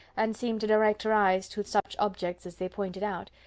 and seemed to direct her eyes to such objects as they pointed out,